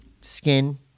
skin